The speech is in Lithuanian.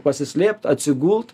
pasislėpt atsigult